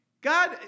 God